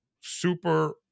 Super